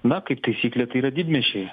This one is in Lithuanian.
na kaip taisyklė tai yra didmiesčiai